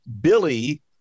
Billy